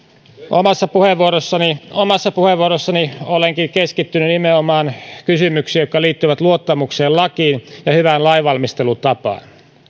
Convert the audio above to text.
omassa puheenvuorossani omassa puheenvuorossani olenkin keskittynyt nimenomaan kysymyksiin jotka liittyvät luottamukseen ja lakiin ja hyvään lainvalmistelutapaan